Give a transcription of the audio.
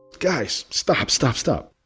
guys, stop. stop. stop.